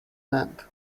land